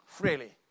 Freely